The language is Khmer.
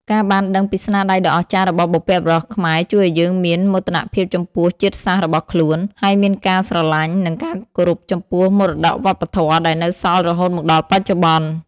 ការបានដឹងពីស្នាដៃដ៏អស្ចារ្យរបស់បុព្វបុរសខ្មែរជួយឲ្យយើងមាន មោទនភាពចំពោះជាតិសាសន៍របស់ខ្លួន ហើយមានការស្រឡាញ់ និងការគោរពចំពោះមរតកវប្បធម៌ដែលនៅសល់រហូតមកដល់បច្ចុប្បន្ន។